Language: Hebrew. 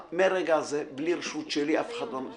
מרגע זה בלי רשות שלי אף אחד לא ידבר.